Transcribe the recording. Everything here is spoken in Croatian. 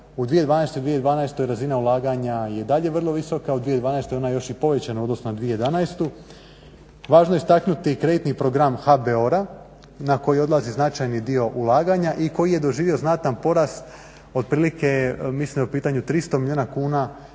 U 2011.i 2012. razina ulaganja je i dalje vrlo visoka, u 2012.je ona još povećana u odnosu na 2011. Važno je istaknuti kreditni program HBOR-a na koji odlazi značajni dio ulaganja i koji je doživio znatan porast otprilike mislim adje u pitanju 300 milijuna kuna